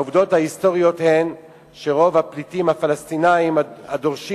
העובדות ההיסטוריות הן שרוב הפליטים הפלסטינים הדורשים